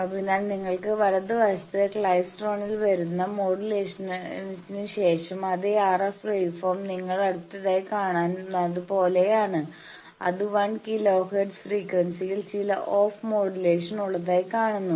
അതിനാൽ നിങ്ങൾക്ക് വലതുവശത്ത് ക്ലൈസ്ട്രോണിൽ നിന്ന വരുന്നു മോഡുലേഷനുശേഷം അതേ RF വേവ്ഫോം നിങ്ങൾ അടുത്തതായി കാണുന്നത് പോലെയാണ് അത് 1 കിലോ ഹെർട്സ് ഫ്രീക്വൻസിയിൽ ചില ഓഫ് മോഡുലേഷൻ ഉള്ളതായി കാണുന്നു